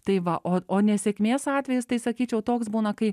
tai va o o nesėkmės atvejis tai sakyčiau toks būna kai